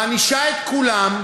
מענישה את כולם,